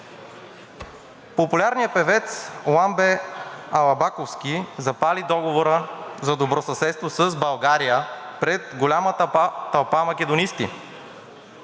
Популярният певец Ламбе Алабаковски запали Договора за добросъседство с България пред голямата тълпа македонисти.